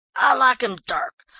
like em dark,